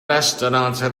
restaurant